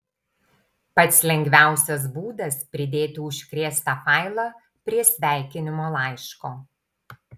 pats lengviausias būdas pridėti užkrėstą failą prie sveikinimo laiško